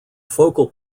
focal